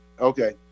Okay